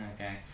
Okay